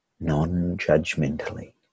non-judgmentally